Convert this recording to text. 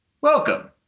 Welcome